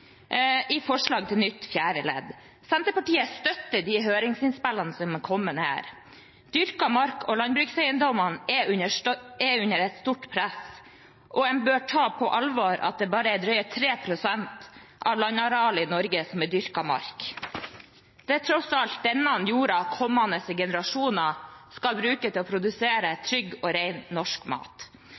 i forslag til nytt fjerde ledd. Senterpartiet støtter de høringsinnspillene som er kommet her. Dyrket mark og landbrukseiendommer er under et stort press, og en bør ta på alvor at det bare er drøye 3 pst. av landarealet i Norge som er dyrket mark. Det er tross alt denne jorda kommende generasjoner skal bruke til å produsere trygg og ren norsk mat.